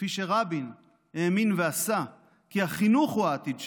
כפי שרבין האמין ועשה, כי החינוך הוא העתיד שלנו,